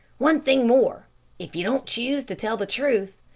one thing more if you don't choose to tell the truth,